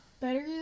better